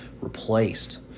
replaced